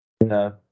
no